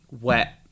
wet